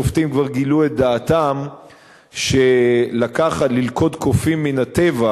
השופטים כבר גילו את דעתם שללכוד קופים מן הטבע